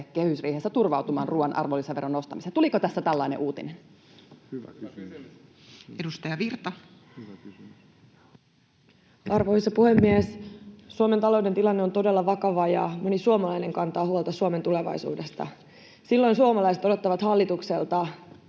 kehysriihessä turvautumaan ruuan arvonlisäveron nostamiseen? Tuliko tässä tällainen uutinen? Edustaja Virta. Arvoisa puhemies! Suomen talouden tilanne on todella vakava, ja moni suomalainen kantaa huolta Suomen tulevaisuudesta. Silloin suomalaiset odottavat hallitukselta